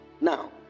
Now